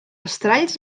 estralls